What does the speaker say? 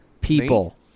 People